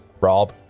rob